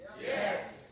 Yes